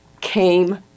came